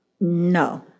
No